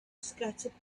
scattered